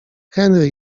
henry